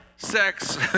sex